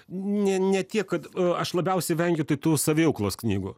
ne ne tiek kad aš labiausiai vengiu tai tų saviauklos knygų